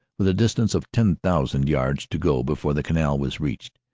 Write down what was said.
with a distance of ten thousand yards to go before the canal was reached,